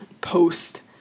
post